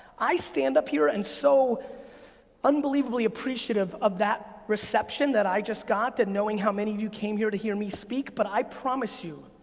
i stand up here and so unbelievably appreciative of that reception that i just got that knowing how many of you came here to hear me speak, but i promise you,